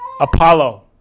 Apollo